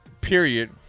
Period